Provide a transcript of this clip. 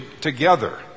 together